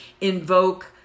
invoke